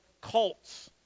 cults